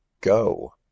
go